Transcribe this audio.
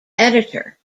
editor